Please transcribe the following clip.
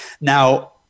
Now